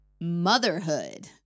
motherhood